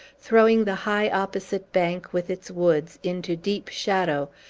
throwing the high, opposite bank, with its woods, into deep shadow,